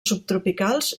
subtropicals